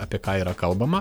apie ką yra kalbama